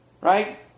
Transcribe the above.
Right